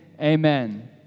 Amen